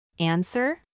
answer